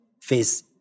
face